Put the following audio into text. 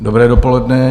Dobré dopoledne.